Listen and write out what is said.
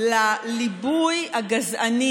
הגזענים